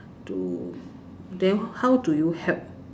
to then how do you help